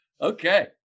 Okay